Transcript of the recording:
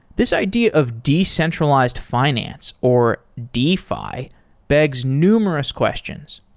this idea of decentralized finance or defi begs numerous questions.